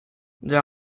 there